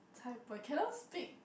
Cai cannot speak